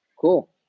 Cool